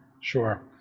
Sure